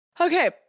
Okay